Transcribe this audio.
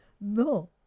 No